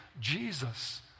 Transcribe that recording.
Jesus